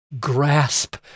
grasp